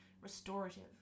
restorative